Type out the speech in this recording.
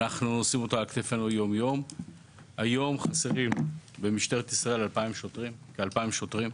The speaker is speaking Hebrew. היום חסרים במשטרת ישראל כ-2,000 שוטרים,